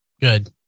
Good